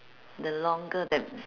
the longer that